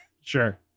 Sure